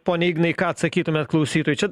pone ignai ką atsakytumėt klausytojui čia